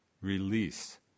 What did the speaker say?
release